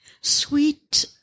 sweet